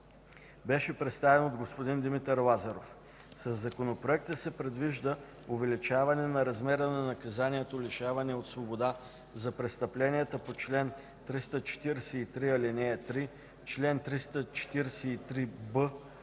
беше представен от господин Димитър Лазаров. Със Законопроекта се предвижда увеличаване на размера на наказанието „лишаване от свобода” за престъпленията по чл. 343, ал. 3, чл. 343б